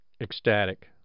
ecstatic